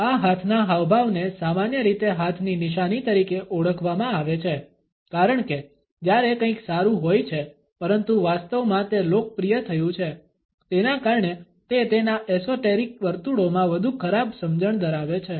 આ હાથના હાવભાવને સામાન્ય રીતે હાથની નિશાની તરીકે ઓળખવામાં આવે છે કારણ કે જ્યારે કંઈક સારું હોય છે પરંતુ વાસ્તવમાં તે લોકપ્રિય થયું છે તેના કારણે તે તેના એસોટેરિક વર્તુળો માં વધુ ખરાબ સમજણ ધરાવે છે